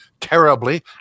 terribly